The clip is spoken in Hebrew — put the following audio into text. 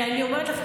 אני אומרת לך,